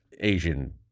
Asian